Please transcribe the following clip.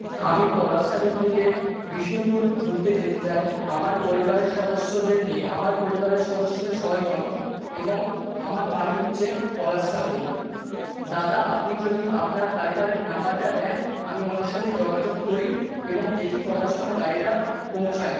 আমি পলাশচাবড়ি থেকে বিষ্ণুপুর ঘুরতে যেতে চাই আমার পরিবারের সদস্যদের নিয়ে আমার পরিবারের সদস্য ছয় জন এবং আমার বাড়ি হচ্ছে পলাশচাবরি দাদা আপনি যদি আপনার ড্রাইভেরের নাম্বারটা দেন আমি ওনার সাথে যোগাযোগ করি এবং দেখি কটার সময় গাড়িটা পৌঁছায়